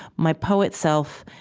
my poet self,